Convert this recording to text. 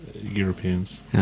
Europeans